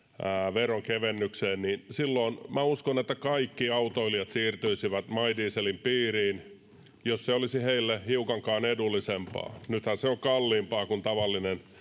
veronkevennykseen niin silloin minä uskon että kaikki autoilijat siirtyisivät my dieselin piiriin jos se olisi heille hiukankaan edullisempaa nythän se on kalliimpaa kuin tavallinen